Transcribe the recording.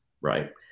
right